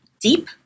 deep